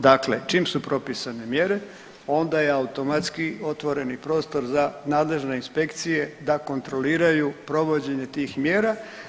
Dakle, čim su propisane mjere onda je automatski otvoreni prostor za nadležne inspekcije da kontroliraju provođenje tih mjera.